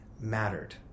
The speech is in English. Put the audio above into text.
mattered